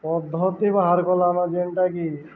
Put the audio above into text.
ପଦ୍ଧତି ବାହାର କଲାନ ଯେନ୍ଟାକି